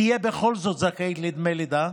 תהיה בכל זאת זכאית לדמי לידה.